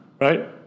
Right